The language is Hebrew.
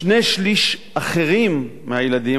שני-השלישים האחרים של הילדים,